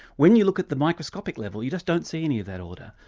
when you look at the microscopic level you just don't see any of that order.